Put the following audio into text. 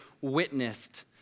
witnessed